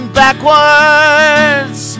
backwards